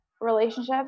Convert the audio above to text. relationships